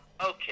Okay